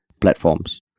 platforms